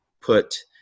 put